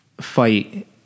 fight